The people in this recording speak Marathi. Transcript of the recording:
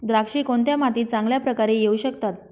द्राक्षे कोणत्या मातीत चांगल्या प्रकारे येऊ शकतात?